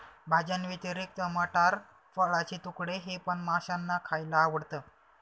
भाज्यांव्यतिरिक्त मटार, फळाचे तुकडे हे पण माशांना खायला आवडतं